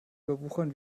überwuchern